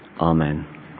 amen